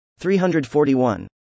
341